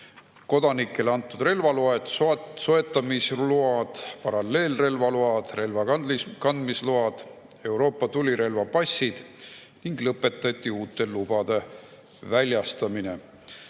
kodanikele antud relvaload ja soetamisload, paralleelrelvaload, relvakandmisload, Euroopa tulirelvapassid ning lõpetati uute lubade väljastamine.